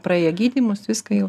praėję gydymus viską jau